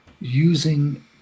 using